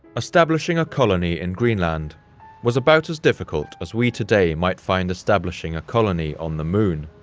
establishing a colony in greenland was about as difficult as we today might find establishing a colony on the moon.